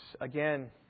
again